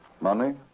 Money